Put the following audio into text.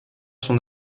son